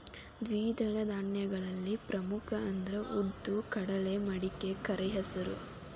ದ್ವಿದಳ ಧಾನ್ಯಗಳಲ್ಲಿ ಪ್ರಮುಖ ಅಂದ್ರ ಉದ್ದು, ಕಡಲೆ, ಮಡಿಕೆ, ಕರೆಹೆಸರು